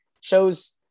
shows